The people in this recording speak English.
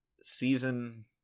season